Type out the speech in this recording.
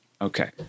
okay